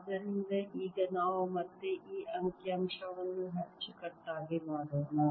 ಆದ್ದರಿಂದ ಈಗ ನಾವು ಮತ್ತೆ ಈ ಅಂಕಿಅಂಶವನ್ನು ಅಚ್ಚುಕಟ್ಟಾಗಿ ಮಾಡೋಣ